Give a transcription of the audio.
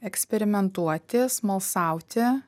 eksperimentuoti smalsauti